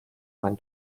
mein